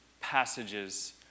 passages